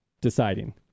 deciding